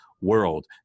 world